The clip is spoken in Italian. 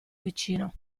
vicino